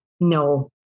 No